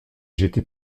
j’étais